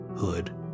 hood